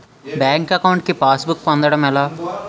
Bank account కి passbook పొందడం ఎలా?